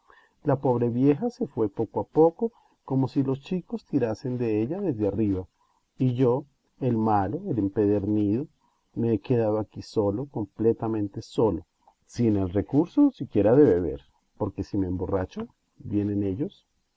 la pobre vieja se fue poco a poco como si los chicos tirasen de ella desde arriba y yo el malo el empedernido me he quedado aquí solo completamente solo sin el recurso siquiera de beber porque si me emborracho vienen ellos